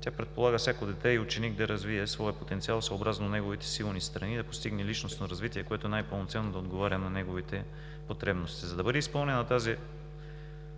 Тя предполага всяко дете и ученик да развие своя потенциал, съобразно неговите силни страни и да постигне личностно развитие, което най-пълноценно да отговаря на неговите потребности – за да бъде изпълнена